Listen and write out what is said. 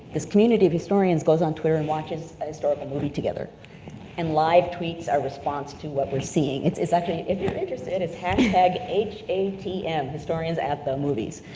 this community of historians goes on twitter and watches a historical movie together and live-tweets a response to what we're seeing. it's it's actually, if you're interested, it's hashtag h a t m, historians at the movies.